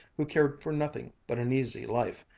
who cared for nothing but an easy life,